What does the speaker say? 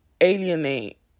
alienate